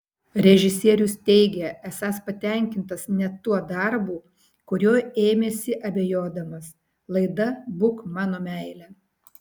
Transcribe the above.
režisierius teigia esąs patenkintas net tuo darbu kurio ėmėsi abejodamas laida būk mano meile